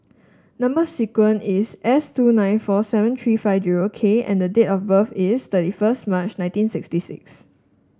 number sequence is S two nine four seven three five zero K and the date of birth is thirty first March nineteen sixty six